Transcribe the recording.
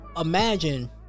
Imagine